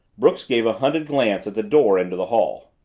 brooks gave a hunted glance at the door into the hall.